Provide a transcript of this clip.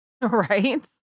Right